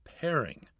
pairing